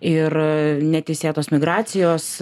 ir neteisėtos migracijos